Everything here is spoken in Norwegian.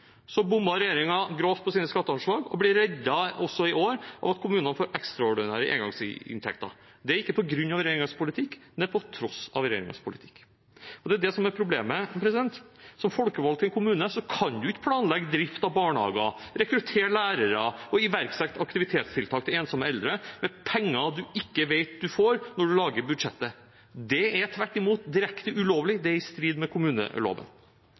Så bommet regjeringen grovt på sine skatteanslag og ble reddet – også i år – av at kommunene får ekstraordinære engangsinntekter. Det er ikke på grunn av regjeringens politikk, det er på tross av regjeringens politikk. Og det er det som er problemet: Som folkevalgt i en kommune kan man ikke planlegge drift av barnehager, rekruttere lærere og iverksette aktivitetstiltak til ensomme eldre med penger man ikke vet at man får når man lager budsjettet. Det er tvert imot direkte ulovlig – det er i strid med kommuneloven.